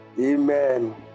Amen